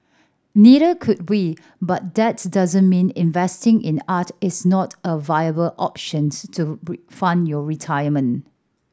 neither could we but that doesn't mean investing in art is not a viable option to fund your retirement